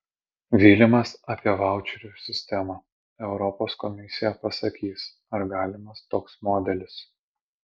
vilimas apie vaučerių sistemą europos komisija pasakys ar galimas toks modelis